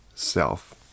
self